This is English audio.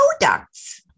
products